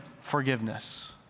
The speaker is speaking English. forgiveness